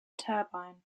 turbine